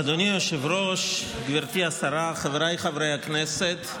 אדוני היושב-ראש, גברתי השרה, חבריי חברי הכנסת,